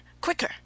quicker